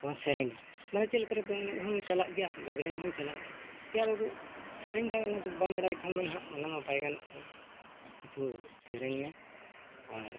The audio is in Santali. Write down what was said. ᱵᱚ ᱥᱮᱨᱮᱧᱟ ᱢᱟᱱᱮ ᱪᱮᱫ ᱞᱮᱠᱟ ᱨᱮ ᱫᱚᱝ ᱮᱱᱮᱡ ᱦᱚᱢ ᱪᱟᱞᱟᱜ ᱜᱮᱭᱟ ᱞᱟᱜᱽᱲᱮ ᱮᱱᱮᱡ ᱦᱚᱢ ᱪᱟᱞᱟᱜ ᱜᱮᱭᱟ ᱮᱭᱟ ᱵᱟᱹᱵᱩ ᱥᱮᱨᱮᱧ ᱫᱚ ᱚᱱᱟ ᱫᱚ ᱵᱟᱢ ᱵᱟᱲᱟᱭ ᱠᱷᱟᱱ ᱫᱚ ᱱᱟᱦᱟᱜ ᱚᱱᱟ ᱵᱟᱭ ᱜᱟᱱᱚᱜ ᱠᱟᱱ ᱜᱮᱭᱟ ᱠᱤᱪᱷᱩ ᱥᱮᱨᱮᱧ ᱢᱮ ᱟᱨ